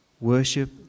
worship